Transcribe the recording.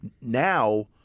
Now